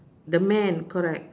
the man correct